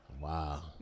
Wow